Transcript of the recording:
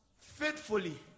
faithfully